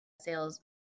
sales